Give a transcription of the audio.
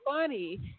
funny